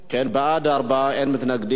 ארבעה בעד, אין מתנגדים.